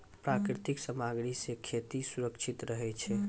प्राकृतिक सामग्री सें खेत सुरक्षित रहै छै